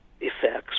effects